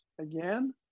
again